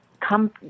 come